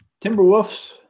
Timberwolves